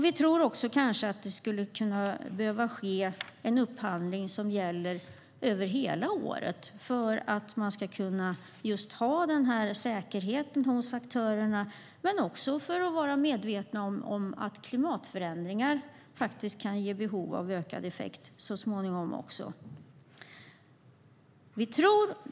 Det skulle kanske också kunna ske en upphandling som gäller över hela året för att man ska kunna ha säkerheten hos aktörerna, och också för att vi ska vara medvetna om att klimatförändringar faktiskt så småningom kan leda till behov av ökad effekt.